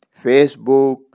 Facebook